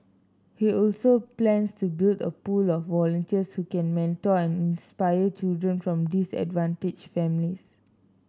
he also plans to build a pool of volunteers who can mentor and inspire children from disadvantaged families